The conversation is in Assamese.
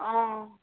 অঁ